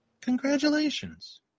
Congratulations